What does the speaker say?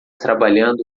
trabalhando